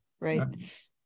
Right